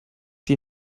die